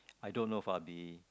I don't know if I'll be